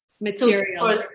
materials